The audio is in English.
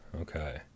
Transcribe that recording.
okay